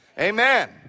Amen